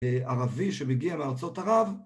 ערבי שמגיע מארצות ערב